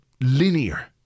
linear